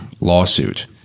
lawsuit